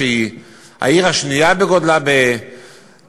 שהיא העיר השנייה בגודלה בבלגיה,